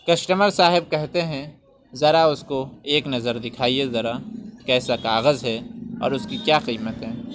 customer صاحب کہتے ہیں ذرا اس کو ایک نظر دکھائیے ذرا کیسا کاغذ ہے اور اس کی کیا قیمت ہے